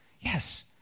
Yes